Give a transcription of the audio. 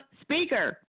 speaker